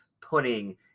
putting